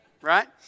Right